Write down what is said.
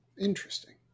Interesting